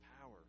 power